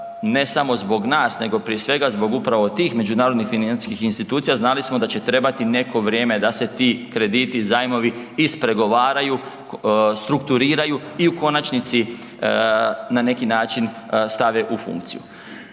ne samo zbog nas, nego prije svega zbog upravo tih međunarodnih financijskih institucija znali smo da će trebati neko vrijeme da se ti krediti, zajmovi ispregovaraju, strukturiraju i u konačnici na neki način stave u funkciju.